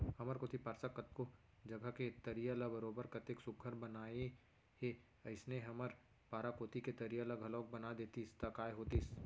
हमर कोती पार्षद कतको जघा के तरिया ल बरोबर कतेक सुग्घर बनाए हे अइसने हमर पारा कोती के तरिया ल घलौक बना देतिस त काय होतिस